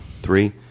Three